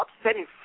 upsetting